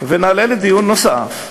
ונעלה אותו לדיון נוסף.